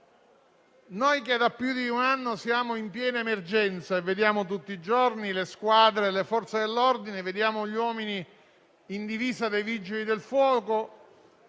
Noi che da più di un anno siamo in piena emergenza e vediamo tutti i giorni le squadre delle Forze dell'ordine, vediamo gli uomini in divisa dei Vigili del fuoco